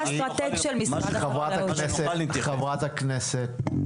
חברת הכנסת,